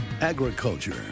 Agriculture